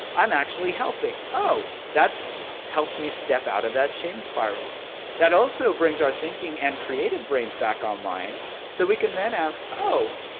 i'm actually helping. oh, that helps me step out of that shame spiral that also brings our thinking and creative brains back online so we can then ask, oh,